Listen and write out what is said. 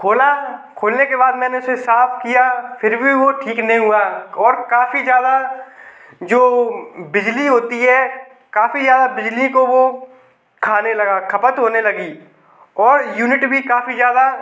खोला खोलने के बाद मैंने उसे साफ़ किया फ़िर भी वह ठीक नहीं हुआ और काफ़ी ज़्यादा जो बिजली होती है काफ़ी ज्यादा बिजली को वह खाने लगा खपत होने लगी और यूनिट भी काफ़ी ज़्यादा